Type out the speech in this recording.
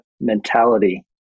mentality